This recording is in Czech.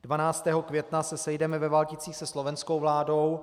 12. května se sejdeme ve Valticích se slovenskou vládou.